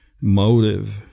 motive